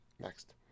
next